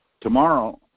Tomorrow